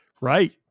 Right